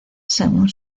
según